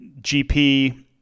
GP